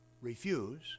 refuse